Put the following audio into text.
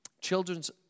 children's